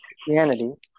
Christianity